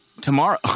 Tomorrow